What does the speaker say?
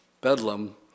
bedlam